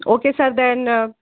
okay sir then